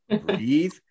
breathe